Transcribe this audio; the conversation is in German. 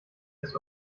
des